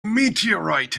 meteorite